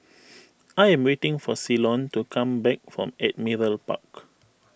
I am waiting for Ceylon to come back from Admiralty Park